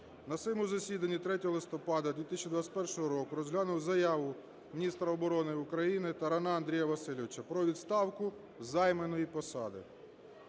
на своєму засіданні 3 листопада 2021 року розглянув заяву міністра оборони України Тарана Андрія Васильовича про відставку з займаної посади.